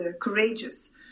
courageous